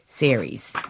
series